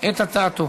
את הצעתו.